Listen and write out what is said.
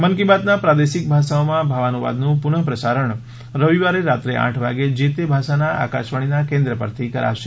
મન કી બાતના પ્રાદેશિક ભાષાઓમાં ભાવાનુવાદનું પુનઃ પ્રસારણ રવિવારે રાત્રે આઠ વાગે જે તે ભાષાના આકાશવાણીના કેન્દ્રો પરથી કરાશે